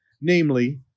namely